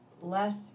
less